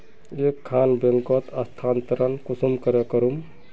एक खान बैंकोत स्थानंतरण कुंसम करे करूम?